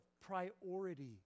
priority